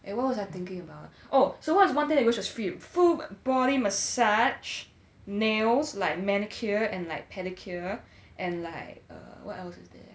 eh what was I thinking about oh so what's one thing you wish was free full body massage nails like manicure and pedicure and like what else is there